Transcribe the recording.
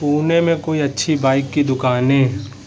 پونے میں کوئی اچھی بائک کی دکانیں